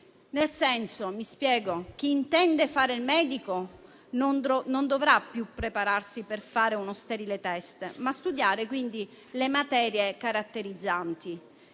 progressivo. Mi spiego: chi intende fare il medico non dovrà più prepararsi per fare uno sterile test, ma dovrà studiare le materie caratterizzanti.